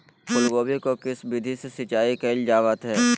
फूलगोभी को किस विधि से सिंचाई कईल जावत हैं?